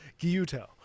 gyuto